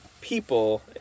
people